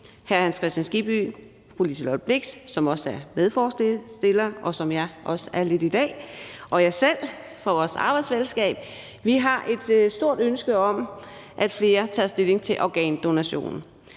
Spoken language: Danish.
hr. Hans Kristian Skibby og fru Liselott Blixt, som også er medforslagsstiller, og som jeg også er lidt i dag, og jeg selv fra vores arbejdsfællesskab har et stort ønske om, at flere tager stilling til organdonation.